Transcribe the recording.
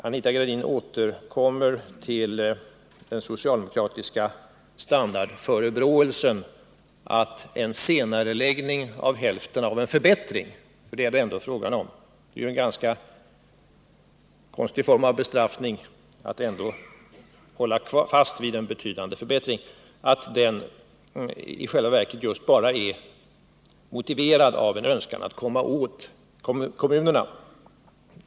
Anita Gradin återkommer till den socialdemokratiska standardförebråelsen, att en senareläggning av hälften av en förbättring — för det är ändå fråga om en sådan — i själva verket bara är motiverad av en önskan att komma åt kommunerna.